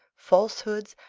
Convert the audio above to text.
falsehoods,